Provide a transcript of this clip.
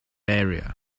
barrier